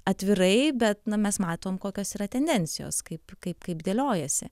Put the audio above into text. atvirai bet na mes matom kokios yra tendencijos kaip kaip kaip dėliojasi